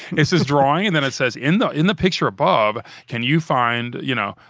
it's this drawing, and then it says, in the in the picture of bob, can you find, you know,